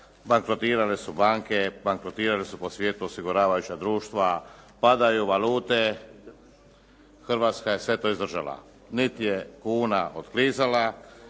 bankrotirale su banke, bankrotirali su po svijetu osiguravajuća društva, padaju valute, Hrvatska je sve to izdržala. Niti je kuna otklizala,